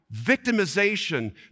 victimization